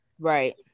Right